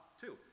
two